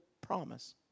promise